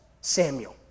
Samuel